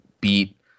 beat